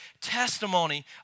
testimony